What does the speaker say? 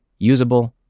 usable,